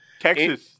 Texas